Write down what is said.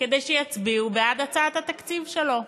כדי שיצביעו בעד הצעת התקציב שלו.